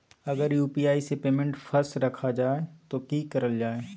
अगर यू.पी.आई से पेमेंट फस रखा जाए तो की करल जाए?